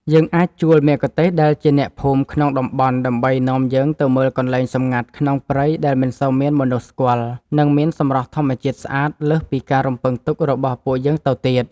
យើងអាចជួលមគ្គុទ្ទេសក៍ដែលជាអ្នកភូមិក្នុងតំបន់ដើម្បីនាំយើងទៅមើលកន្លែងសម្ងាត់ក្នុងព្រៃដែលមិនសូវមានមនុស្សស្គាល់ និង មានសម្រស់ធម្មជាតិស្អាតលើសពីការរំពឹងទុករបស់ពួកយើងទៅទៀត។